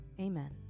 Amen